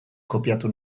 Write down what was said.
kopiatu